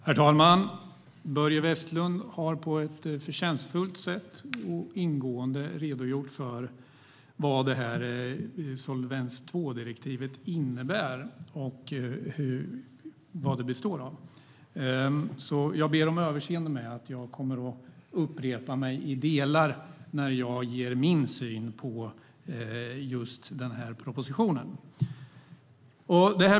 Herr talman! Börje Vestlund har på ett förtjänstfullt sätt och ingående redogjort för vad Solvens II-direktivet innebär och vad det består av. Jag ber om överseende med att jag kommer att upprepa mig i delar när jag ger min syn på propositionen.